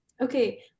okay